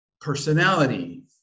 personality